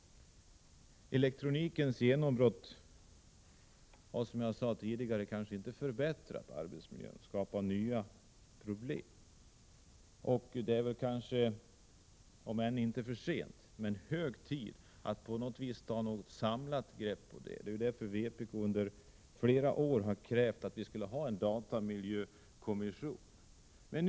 Elektronikens genombrott har, som jag sade tidigare, inte förbättrat arbetsmiljön utan skapar nya problem. Det är kanske inte för sent, men hög tid att ta något slags samlat grepp på detta område. Vpk har under flera år — Prot. 1987/88:85 krävt tillsättande av en datamiljökommission.